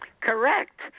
Correct